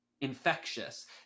infectious